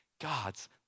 God's